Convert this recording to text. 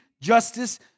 justice